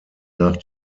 nach